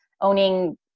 owning